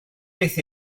beth